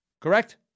correct